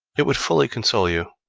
it would fully console you.